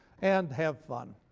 and have fun.